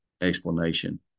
explanation